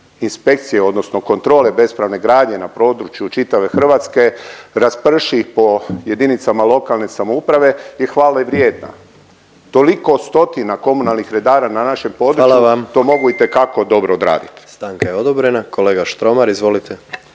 inspekcije odnosno kontrole bespravne gradnje na području čitave Hrvatske rasprši po jedinicama lokalne samouprave je hvalevrijedna. Toliko stotina komunalnih redara na našem području … .../Upadica: Hvala vam./... to mogu itekako dobro odraditi.